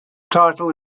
title